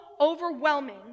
overwhelming